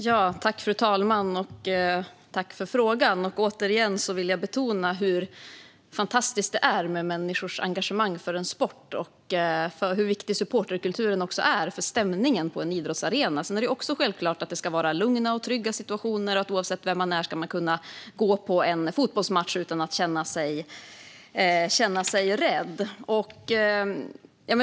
Fru talman! Tack, Vasiliki Tsouplaki, för frågan! Återigen vill jag betona hur fantastiskt det är med människors engagemang för en sport och hur viktig supporterkulturen är för stämningen på en idrottsarena. Sedan är det också självklart att det ska vara lugna och trygga situationer. Oavsett vem man är ska man kunna gå på en fotbollsmatch utan att känna sig rädd.